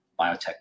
biotech